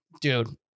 dude